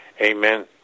Amen